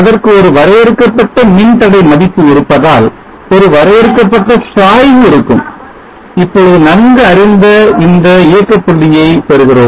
அதற்கு ஒரு வரையறுக்கப்பட்ட மின்தடை மதிப்பு இருப்பதால் ஒரு வரையறுக்கப்பட்ட சாய்வு இருக்கும் இப்பொழுது நன்கு அறிந்த இந்த இயக்க புள்ளியை பெறுகிறோம்